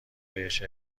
بهش